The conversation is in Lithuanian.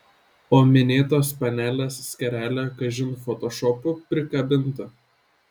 o minėtos panelės skarelė kažin fotošopu prikabinta